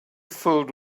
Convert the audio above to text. filled